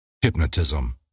hypnotism